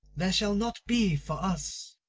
there shall not be for us.